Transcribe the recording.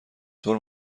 طور